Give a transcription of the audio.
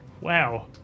Wow